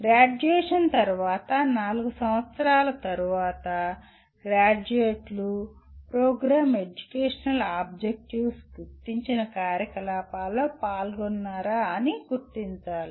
graduation తర్వాత నాలుగు సంవత్సరాల తరువాత గ్రాడ్యుయేట్లు ప్రోగ్రామ్ ఎడ్యుకేషనల్ ఆబ్జెక్టివ్స్ గుర్తించిన కార్యకలాపాలలో పాల్గొన్నారా అని గుర్తించాలి